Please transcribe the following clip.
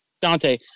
Dante